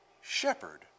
shepherd